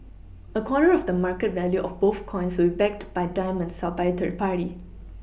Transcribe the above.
a quarter of the market value of both coins will be backed by diamonds held by a third party